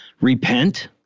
repent